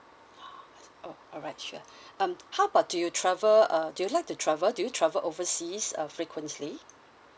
ha oh alright sure um how about do you travel uh do you like to travel do you travel overseas uh frequently